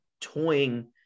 toying